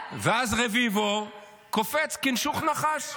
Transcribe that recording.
ואז רביבו קופץ כנשוך נחש.